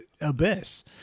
abyss